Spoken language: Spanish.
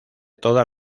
todas